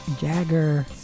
Jagger